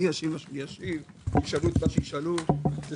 אני משיב אותן תשובות כל פעם וכדי שזה